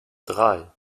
drei